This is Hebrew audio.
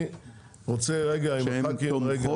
אני רוצה רגע עם הח"כים,